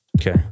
okay